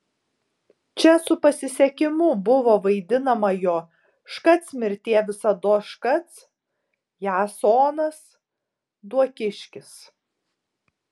čia su pasisekimu buvo vaidinama jo škac mirtie visados škac jasonas duokiškis